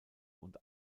und